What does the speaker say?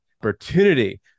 opportunity